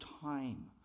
time